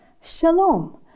Shalom